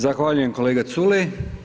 Zahvaljujem kolega Culej.